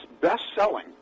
best-selling